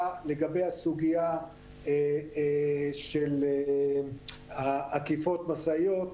הסוגיה של עקיפות המשאיות,